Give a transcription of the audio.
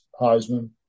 Heisman